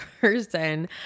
person